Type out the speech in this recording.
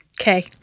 Okay